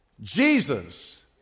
Jesus